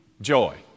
joy